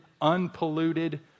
unpolluted